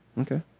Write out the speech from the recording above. Okay